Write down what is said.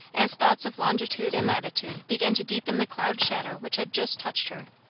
as thoughts of longitude and latitude began to deepen the cloud shadow which had just touched her.